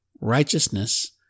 righteousness